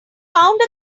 found